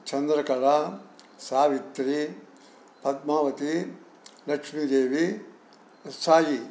Chandrakala Savitri Padmavati Lakshmidevi Sai